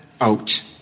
out